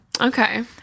Okay